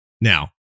Now